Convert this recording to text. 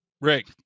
rick